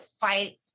fight